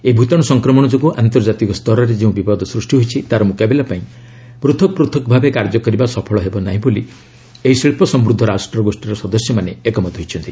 ଏହି ଭୂତାଣୁ ସଂକ୍ରମଣ ଯୋଗୁଁ ଆର୍ନ୍ତଜାତିକ ସ୍ତରରେ ଯେଉଁ ବିପଦ ସୃଷ୍ଟି ହୋଇଛି ତା'ର ମୁକାବିଲା ପାଇଁ ପୃଥକ୍ ପୃଥକ୍ ଭାବେ କାର୍ଯ୍ୟ କରିବା ସଫଳ ହେବ ନାହିଁ ବୋଲି ଏହି ଶିଳ୍ପସମୃଦ୍ଧ ରାଷ୍ଟ୍ରଗୋଷ୍ଠୀର ସଦସ୍ୟମାନେ ଏକମତ ହୋଇଛନ୍ତି